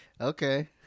Okay